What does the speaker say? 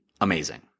amazing